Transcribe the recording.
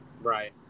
Right